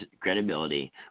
credibility